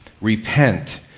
Repent